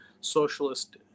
socialist